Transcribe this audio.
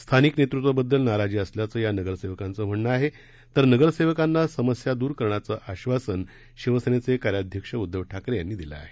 स्थानिक नेतृत्वाबद्दल नाराजी असल्याचं या नगरसेवकांचं म्हणणं आहे तर नगरसेवकांना समस्या दुर करण्याचं आश्वासन शिवसेनेचे कार्याध्यक्ष उदधव ठाकरे यांनी दिलं आहे